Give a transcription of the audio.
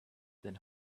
than